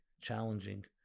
challenging